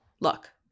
look